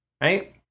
right